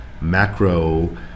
macro-